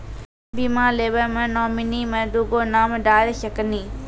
बीमा लेवे मे नॉमिनी मे दुगो नाम डाल सकनी?